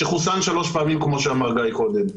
שחוסן שלוש פעמים כמו שאמר גיא קודם,